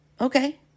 Okay